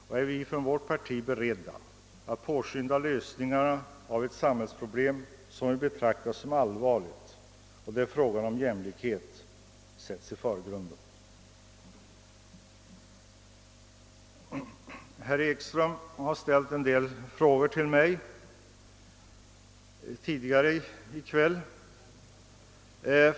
Vi är inom vårt parti beredda att påskynda lösningen av ett samhällsproblem som vi betraktar som allvarligt och frågan om jämlikhet bör sättas i förgrunden. Herr Ekström har ställt en del frågor till mig tidigare i kväll.